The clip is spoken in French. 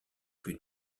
plus